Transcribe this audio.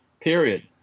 Period